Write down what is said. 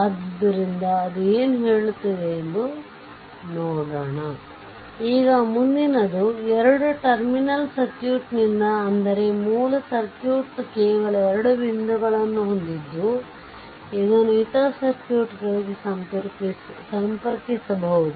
ಆದ್ದರಿಂದ ಅದು ಏನು ಹೇಳುತ್ತದೆ ಎಂದು ನೋಡೋಣ ಈಗ ಮುಂದಿನದು ಎರಡು ಟರ್ಮಿನಲ್ ಸರ್ಕ್ಯೂಟ್ನಿಂದ ಅಂದರೆ ಮೂಲ ಸರ್ಕ್ಯೂಟ್ ಕೇವಲ ಎರಡು ಬಿಂದುಗಳನ್ನು ಹೊಂದಿದ್ದು ಅದನ್ನು ಇತರ ಸರ್ಕ್ಯೂಟ್ಗಳಿಗೆ ಸಂಪರ್ಕಿಸಬಹುದು